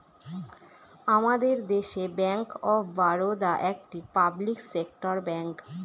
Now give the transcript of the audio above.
আমাদের দেশে bank of Baroda একটি পাবলিক সেক্টর ব্যাঙ্ক